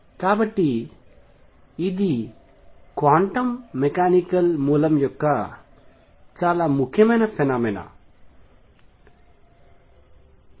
కాబట్టి ఇది quantum mechanical మూలం యొక్క చాలా ముఖ్యమైన ఫెనొమెనా